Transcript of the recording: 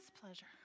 pleasure